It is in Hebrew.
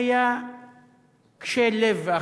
שהיה קשה לב ואכזר.